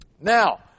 Now